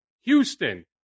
Houston